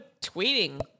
tweeting